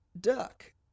duck